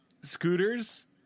scooters